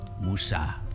Musa